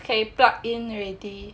okay plug in already